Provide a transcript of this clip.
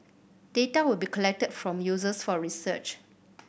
data will be collected from users for research